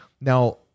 Now